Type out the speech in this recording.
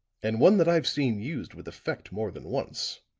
and one that i've seen used with effect more than once.